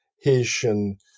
Haitian